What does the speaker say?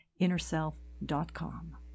InnerSelf.com